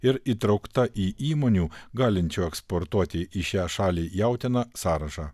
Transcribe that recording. ir įtraukta į įmonių galinčių eksportuoti į šią šalį jautieną sąrašą